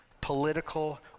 political